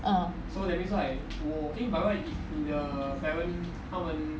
uh